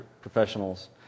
professionals